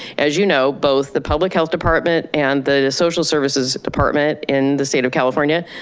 as you know, both the public health department and the social services department in the state of california,